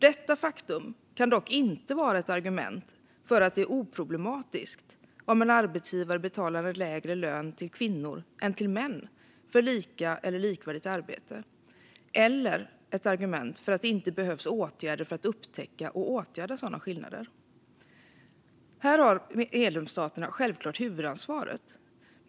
Detta faktum kan dock inte vara ett argument för att det är oproblematiskt om en arbetsgivare betalar lägre lön till kvinnor än till män för lika eller likvärdigt arbete eller ett argument för att det inte behövs åtgärder för att upptäcka och åtgärda sådana skillnader. Här har medlemsstaterna självklart huvudansvaret.